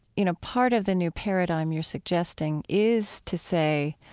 you know, part of the new paradigm you're suggesting is to say,